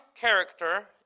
character